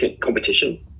competition